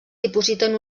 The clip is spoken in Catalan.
dipositen